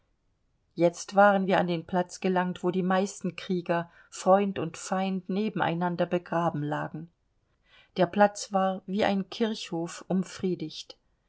jetzt waren wir an den platz gelangt wo die meisten krieger freund und feind nebeneinander begraben lagen der platz war wie ein kirchhof